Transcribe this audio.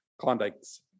Klondike's